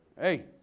Hey